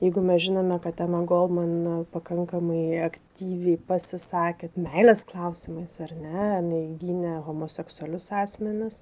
jeigu mes žinome kad ema goldman pakankamai aktyviai pasisakė meilės klausimais ar ne jinai gynė homoseksualius asmenis